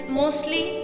mostly